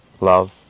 love